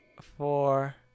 four